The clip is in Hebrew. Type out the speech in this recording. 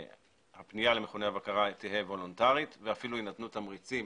הפנייה למכוני הבקרה תהא וולונטרית ואפילו יינתנו תמריצים